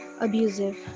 abusive